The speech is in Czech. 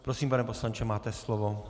Prosím, pane poslanče, máte slovo.